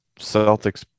celtics